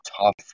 tough